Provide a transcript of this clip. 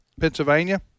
Pennsylvania